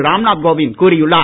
ராம்நாத் கோவிந்த் கூறியுள்ளார்